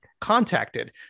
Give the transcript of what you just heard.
contacted